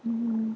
mm